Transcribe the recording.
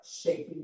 shaping